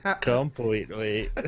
Completely